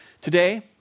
Today